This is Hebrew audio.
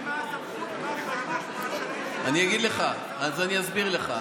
אני לא מבין מה, אני אגיד לך, אז אני אסביר לך.